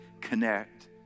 connect